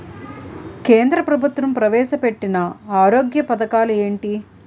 కేంద్ర ప్రభుత్వం ప్రవేశ పెట్టిన ఆరోగ్య పథకాలు ఎంటి?